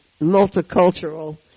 multicultural